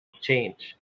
Change